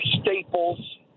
staples